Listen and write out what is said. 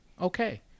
okay